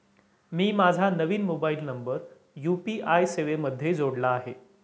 मी माझा नवीन mobile number UPI सेवेमध्ये जोडला आहे